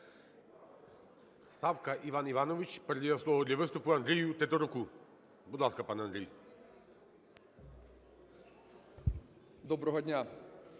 Доброго дня,